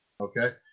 Okay